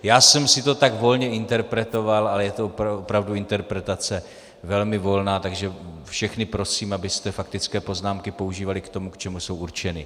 Já jsem si to tak volně interpretoval, ale je to opravdu interpretace velmi volná, takže všechny prosím, abyste faktické poznámky používali k tomu, k čemu jsou určeny.